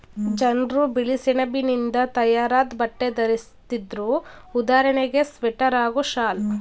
ಜನ್ರು ಬಿಳಿಸೆಣಬಿನಿಂದ ತಯಾರಾದ್ ಬಟ್ಟೆ ಧರಿಸ್ತಿದ್ರು ಉದಾಹರಣೆಗೆ ಸ್ವೆಟರ್ ಹಾಗೂ ಶಾಲ್